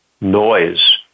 noise